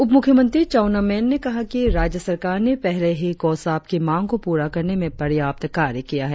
उप मुख्यमंत्री चाउना मेन ने कहा कि राज्य सरकार ने पहले ही कोसाप की मांग को प्ररा करने में पर्याप्त कार्य किया है